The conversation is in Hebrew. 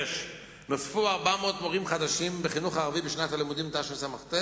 6. נוספו 400 מורים חדשים בחינוך הערבי בשנת הלימודים תשס"ט,